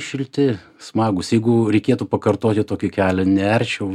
šilti smagūs jeigu reikėtų pakartoti tokį kelią nerčiau